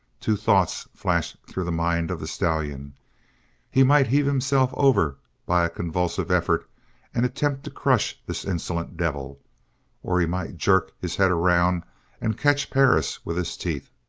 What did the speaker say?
two thoughts flashed through the mind of the stallion he might heave himself over by a convulsive effort and attempt to crush this insolent devil or he might jerk his head around and catch perris with his teeth.